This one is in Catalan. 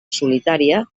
solitària